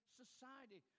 society